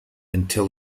until